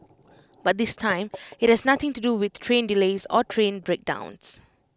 but this time IT has nothing to do with train delays or train breakdowns